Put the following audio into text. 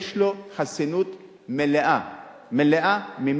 יש לו חסינות מלאה ממני,